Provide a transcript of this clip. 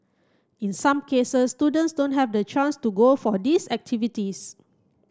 in some cases students don't have the chance to go for these activities